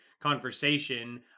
conversation